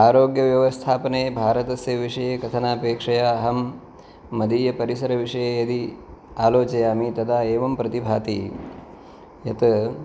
आरोग्यव्यवस्थापने भारतस्य विषये कथनापेक्षया अहं मदीय परिसरविषये यदि आलोचयामि तदा एवं प्रतिभाति यत्